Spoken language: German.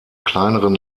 kleineren